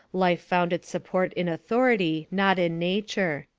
life found its support in authority, not in nature.